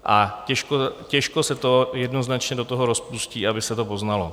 A těžko se to jednoznačně do toho rozpustí, aby se to poznalo.